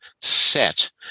set